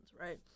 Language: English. right